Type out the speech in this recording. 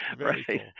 Right